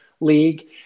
league